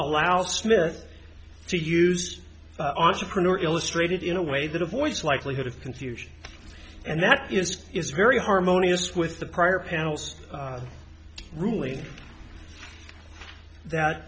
allow smith to use entrepreneur illustrated in a way that a voice likelihood of confusion and that is very harmonious with the prior panels ruling that